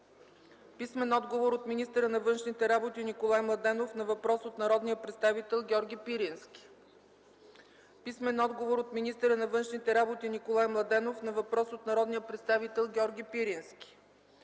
Найденов; - министъра на външните работи Николай Младенов на въпрос от народния представител Георги Пирински; - министъра на външните работи Николай Младенов на въпрос от народния представител Георги Пирински;